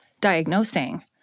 diagnosing